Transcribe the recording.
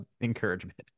encouragement